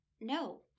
no